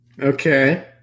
Okay